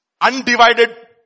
undivided